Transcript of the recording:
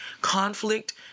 conflict